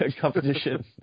competition